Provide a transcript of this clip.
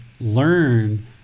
learn